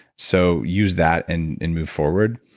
so use that and and move forward.